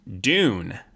Dune